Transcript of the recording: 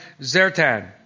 Zertan